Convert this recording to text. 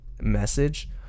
message